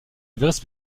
avaient